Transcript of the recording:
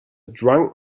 drunk